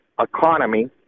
economy